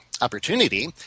opportunity